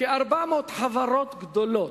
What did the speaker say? כ-400 חברות גדולות,